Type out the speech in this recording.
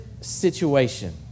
situation